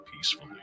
peacefully